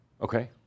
Okay